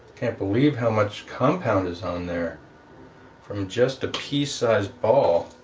can't believe how much compound is on there from just a pea sized ball